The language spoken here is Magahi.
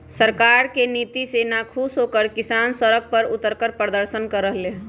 सरकार के नीति से नाखुश होकर किसान सड़क पर उतरकर प्रदर्शन कर रहले है